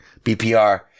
BPR